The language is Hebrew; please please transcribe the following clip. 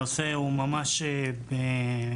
הנושא הוא ממש בליבי.